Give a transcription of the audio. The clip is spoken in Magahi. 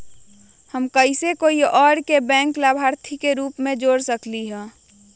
हम कैसे कोई और के बैंक लाभार्थी के रूप में जोर सकली ह?